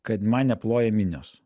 kad man neploja minios